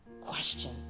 question